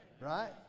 Right